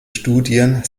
studien